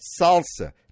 salsa